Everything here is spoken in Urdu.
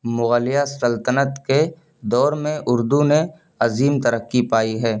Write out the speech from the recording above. مغلیہ سلطنت کے دور میں اردو نے عظیم ترقّی پائی ہے